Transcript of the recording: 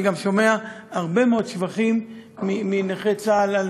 אני גם שומע הרבה מאוד שבחים מנכי צה"ל על